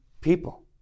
people